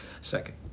second